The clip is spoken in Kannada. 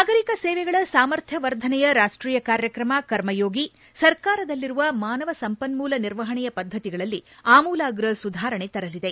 ನಾಗರಿಕ ಸೇವೆಗಳ ಸಾಮರ್ಥ್ಯವರ್ಧನೆಯ ರಾಷ್ಟೀಯ ಕಾರ್ಯಕ್ರಮ ಕರ್ಮಯೋಗಿ ಸರ್ಕಾರದಲ್ಲಿರುವ ಮಾನವ ಸಂಪನ್ಮೂಲ ನಿರ್ವಹಣೆಯ ಪದ್ದತಿಗಳಲ್ಲಿ ಆಮೂಲಾಗ್ರ ಸುಧಾರಣೆ ತರಲಿದೆ